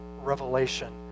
revelation